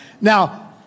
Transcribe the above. Now